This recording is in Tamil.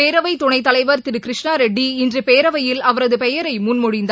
பேரவைத்துணைத்தலைவர் திருகிருஷ்ணாரெட்டி இன்றுபேரவையில் அவரதுபெயரைமுன்மொழிந்தார்